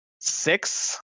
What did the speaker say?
six